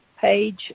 page